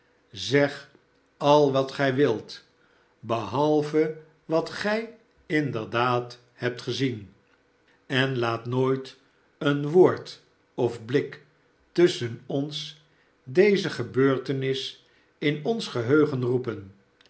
zeg al wat gij wilt behalve wat gij inderdaad hebt gezien en laat nooit een woord of blik tusschen ons deze gebeurtenis in ons geheugen roepen